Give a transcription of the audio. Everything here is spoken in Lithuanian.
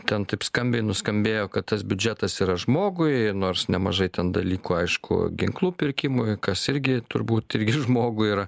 ten taip skambiai nuskambėjo kad tas biudžetas yra žmogui nors nemažai ten dalykų aišku ginklų pirkimui kas irgi turbūt irgi žmogui yra